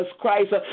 Christ